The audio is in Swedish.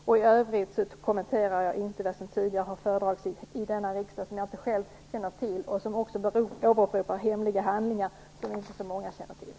För övrigt kommenterar jag inte vad som tidigare har förevarit i denna riksdag eftersom jag inte själv känner till det. Det gäller också åberopandet av hemliga handlingar som inte så många känner till.